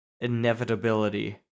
inevitability